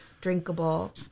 drinkable